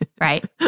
right